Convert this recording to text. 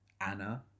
Anna